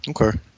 Okay